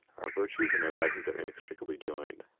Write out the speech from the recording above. our virtues and our vices are inextricably joined.